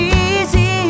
easy